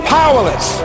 powerless